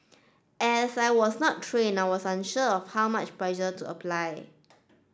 as I was not trained I was unsure of how much pressure to apply